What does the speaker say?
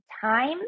time